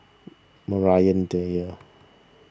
Maria Dyer